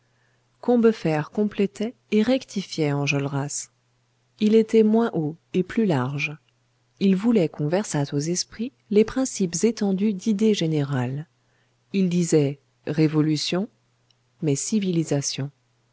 combeferre complétait et rectifiait enjolras il était moins haut et plus large il voulait qu'on versât aux esprits les principes étendus d'idées générales il disait révolution mais civilisation